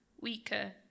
Weaker